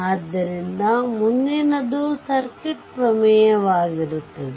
ಆದ್ದರಿಂದ ಮುಂದಿನದು ಸರ್ಕ್ಯೂಟ್ ಪ್ರಮೇಯವಾಗಿರುತ್ತದೆ